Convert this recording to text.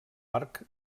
arc